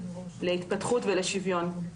להתפתחות ולשוויון.